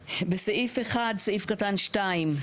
בסעיף (1), סעיף קטן (2),